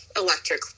electric